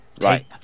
Right